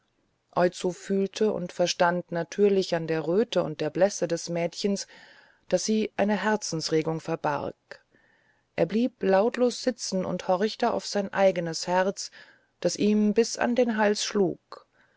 oizo fühlte und verstand natürlich an der röte und blässe des mädchens daß sie eine herzensregung verbarg er blieb lautlos sitzen und horchte auf sein eigenes herz das ihm bis an den hals schlug